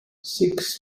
six